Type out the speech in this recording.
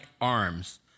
arms